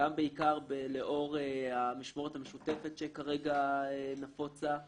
גם בעיקר לאור המשמורת המשותפת שכרגע נפוצה.